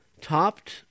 topped